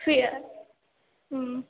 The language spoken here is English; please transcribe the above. fear